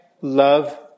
love